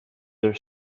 their